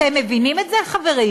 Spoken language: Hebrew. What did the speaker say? אתם מבינים את זה, חברים?